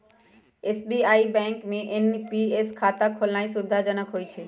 SBI bank में NPS खता खोलेनाइ सुविधाजनक होइ छइ